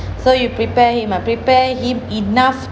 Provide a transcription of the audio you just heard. so you prepare him ah prepare him enough